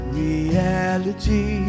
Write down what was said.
reality